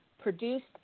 produced